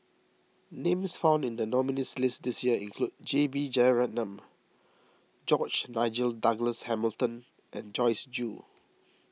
names found in the nominees' list this year include J B Jeyaretnam George Nigel Douglas Hamilton and Joyce Jue